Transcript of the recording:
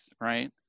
right